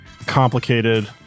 complicated